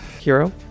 Hero